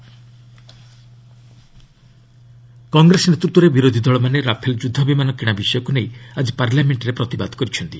opposition protest Congress ନେତୃତ୍ୱରେ ବିରୋଧିଦଳ ମାନେ ରାଫେଲ୍ ଯୁଦ୍ଧ ବିମାନ କିଣା ବିଷୟକୁ ନେଇ ଆଜି ପାର୍ଲାମେଷ୍ଟରେ ପ୍ରତିବାଦ କରିଛନ୍ତି